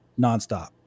nonstop